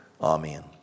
Amen